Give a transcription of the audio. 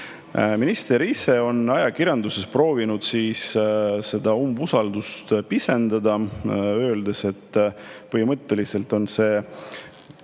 Minister ise on ajakirjanduses proovinud seda umbusaldusavaldust pisendada, öeldes, et põhimõtteliselt on see